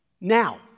Now